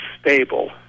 stable